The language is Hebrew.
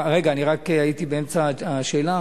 רגע, אני הייתי באמצע השאלה.